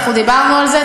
אנחנו דיברנו על זה.